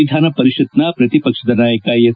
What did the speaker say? ವಿಧಾನಪರಿಷತ್ತಿನ ಪ್ರತಿಪಕ್ಷದ ನಾಯಕ ಎಸ್